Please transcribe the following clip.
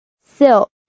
Silk